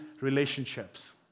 relationships